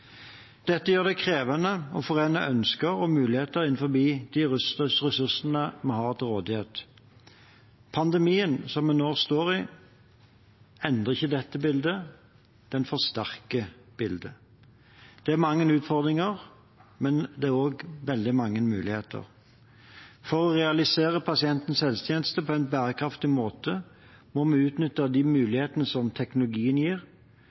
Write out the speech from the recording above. Dette gjør det krevende å forene ønsker og muligheter innenfor de ressursene vi har til rådighet. Pandemien som vi nå står i, endrer ikke dette bildet. Den forsterker bildet. Det er mange utfordringer, men det er også veldig mange muligheter. For å realisere pasientens helsetjeneste på en bærekraftig måte må vi utnytte de mulighetene som teknologien gir,